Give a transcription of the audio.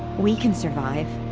we can survive.